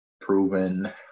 proven